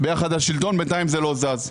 בינתיים זה לא זז.